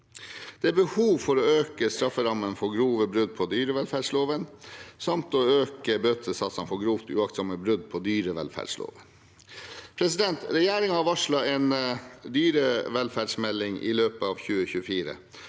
Det er behov for å øke strafferammen for grove brudd på dyrevelferdsloven samt å øke bøtesatsene for grovt uaktsomme brudd på dyrevelferdsloven. Regjeringen har varslet en dyrevelferdsmelding i løpet av 2024,